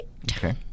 Okay